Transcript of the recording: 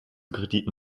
krediten